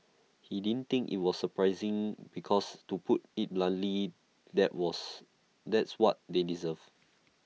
he didn't think IT was A surprising because to put IT bluntly that was that's what they deserve